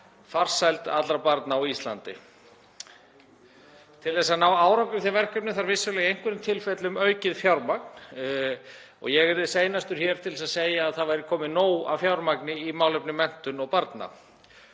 farsæld allra barna á Íslandi. Til að ná árangri í þeim verkefnum þarf vissulega í einhverjum tilfellum aukið fjármagn og ég yrði seinastur hér til að segja að það væri komið nóg af fjármagni í málefni menntunar og barna.